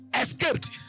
escaped